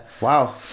Wow